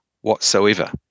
whatsoever